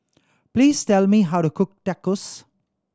please tell me how to cook Tacos